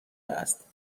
است